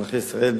מלכי-ישראל,